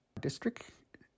district